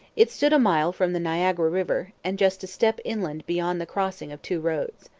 it stood a mile from the niagara river, and just a step inland beyond the crossing of two roads.